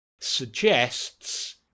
suggests